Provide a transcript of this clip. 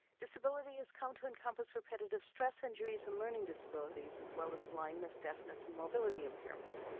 disability has come to encompass repetitive stress injuries and learning disabilities, as well as blindness, deafness, and mobility impairment.